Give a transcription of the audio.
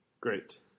Great